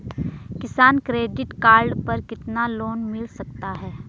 किसान credit card पर कितना लोंन मिल सकता है?